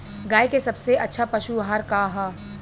गाय के सबसे अच्छा पशु आहार का ह?